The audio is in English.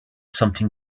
something